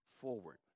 Forward